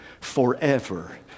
forever